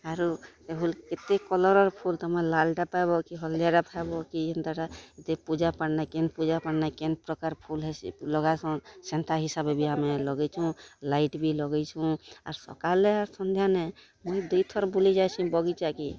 ଆରୁ ଏଭୁ କେତେ କଲରର୍ ଫୁଲ୍ ତମେ ଲାଲ୍ଟା ପେବ କି ହଲ୍ଦିଆ ପେବ କି ଏନ୍ତାଟା ଦେ ପୂଜା ପାଟ୍ନେ କେନ୍ ପୂଜା ପାଟ୍ନେ କେନ୍ ପ୍ରକାର୍ ଫୁଲ୍ ହେସି ଲଗାସନ୍ ସେନ୍ତା ହିସାବେ ବି ଆମେ ଲଗେଇଛୁଁ ଲାଇଟ୍ ବି ଲଗେଇଛୁଁ ଆର୍ ସକାଲେ ସନ୍ଧ୍ୟାନେ ମୁଇଁ ଦୁଇ ଥର୍ ବୁଲି ଯାଏସିଁ ବଗିଚାକେ